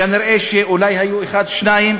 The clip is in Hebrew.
כנראה היו אולי אחד או שניים.